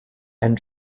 and